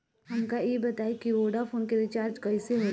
हमका ई बताई कि वोडाफोन के रिचार्ज कईसे होला?